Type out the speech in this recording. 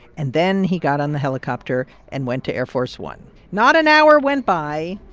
and then he got on the helicopter and went to air force one. not an hour went by.